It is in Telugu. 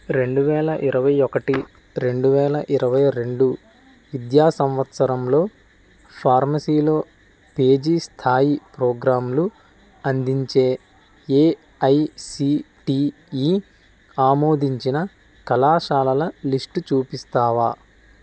రెండువేల ఇరవై ఒకటి రెండు వేల ఇరవై రెండు విద్యా సంవత్సరంలో ఫార్మసీలో పీజీ స్థాయి ప్రోగ్రాంలు అందించే ఏఐసిటిఈ ఆమోదించిన కళాశాలల లిస్టు చూపిస్తావా